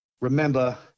Remember